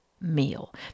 meal